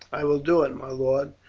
i will do it, my lord.